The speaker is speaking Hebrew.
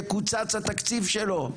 יקוצץ התקציב שלו,